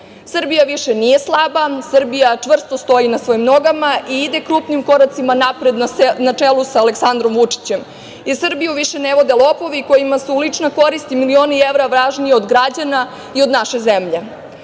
Srbija više nije slaba, Srbija čvrsto stoji na svojim nogama i ide krupnim koracima napred, na čelu sa Aleksandrom Vučićem. Srbiju više ne vode lopovi kojima su lična korist i milioni evra važniji od građana i od naše zemlje. Ovim